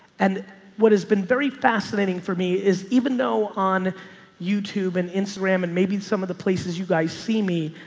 and what has been very fascinating for me is even though on youtube and instagram and maybe some of the places you guys see me,